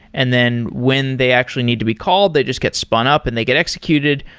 and then when they actually need to be called, they just get spun up and they get executed.